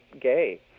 gay